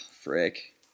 frick